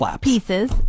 Pieces